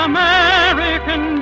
American